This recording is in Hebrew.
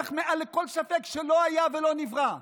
הוכח מעל לכל ספק שלא היה ולא נברא,